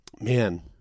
man